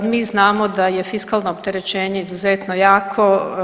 Mi znamo da je fiskalno opterećenje izuzetno jako.